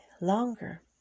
longer